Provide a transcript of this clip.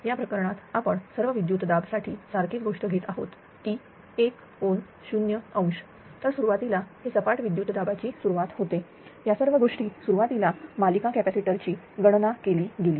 या प्रकरणात आपण सर्व विद्युत दाब साठी सारखीच गोष्ट घेत आहोत ती 1∠0° तर सुरुवातीला हे सपाट विद्युत दाबाची सुरुवात होते या सर्व गोष्टी सुरुवातीला मालिका कॅपॅसिटर ची गणना केली गेली